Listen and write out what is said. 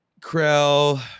Krell